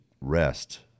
rest